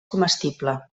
comestible